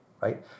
right